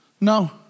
No